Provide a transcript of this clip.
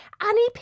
Annie